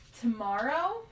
tomorrow